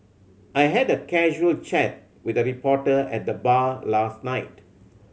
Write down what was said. I had a casual chat with a reporter at the bar last night